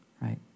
right